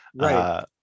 right